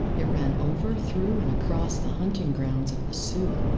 it ran over, through, and across the hunting grounds of the sioux,